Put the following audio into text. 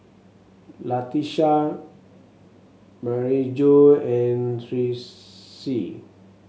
Latesha Maryjo and Tressie